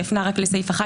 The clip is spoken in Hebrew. שהפנה רק לסעיף 11,